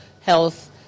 health